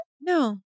No